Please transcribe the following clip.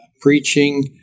preaching